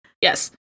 yes